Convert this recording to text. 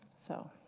so